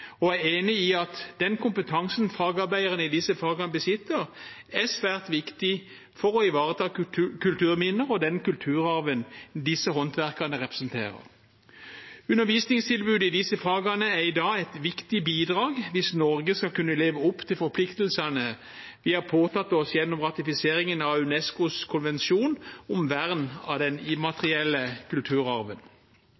og håndverksfag og er enig i at den kompetansen fagarbeiderne i disse fagene besitter, er svært viktig for å ivareta kulturminner og den kulturarven disse håndverkerne representerer. Undervisningstilbudet i disse fagene er i dag et viktig bidrag hvis Norge skal kunne leve opp til forpliktelsene vi har påtatt oss gjennom ratifiseringen av UNESCOs konvensjon om vern av den